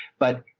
but.